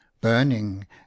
burning